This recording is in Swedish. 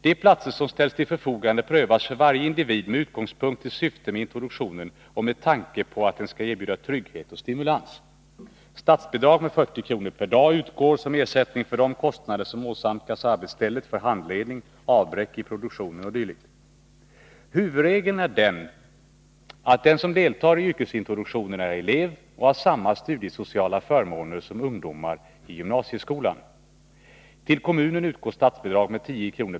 De platser som ställs till förfogande prövas för varje individ med utgångspunkt i syftet med introduktionen och med tanke på att den skall erbjuda trygghet och stimulans. Statsbidrag med 40 kr. per dag utgår som ersättning för kostnader som åsamkas arbetsstället för handledning, avbräck i produktionen o. d. Huvudregeln är att den som deltar i yrkesintroduktionen är elev och har samma studiesociala förmåner som ungdomar i gymnasieskolan. Till kommunen utgår statsbidrag med 10 kr.